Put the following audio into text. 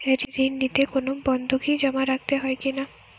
ঋণ নিতে কোনো বন্ধকি জমা রাখতে হয় কিনা?